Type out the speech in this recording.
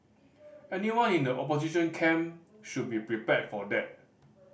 anyone in the opposition camp should be prepared for that